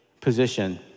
position